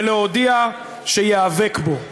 ולהודיע שייאבק בו.